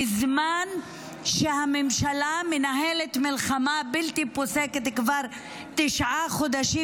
בזמן שהממשלה מנהלת מלחמה בלתי פוסקת כבר תשעה חודשים,